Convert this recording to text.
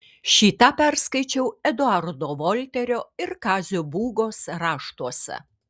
šį tą perskaičiau eduardo volterio ir kazio būgos raštuose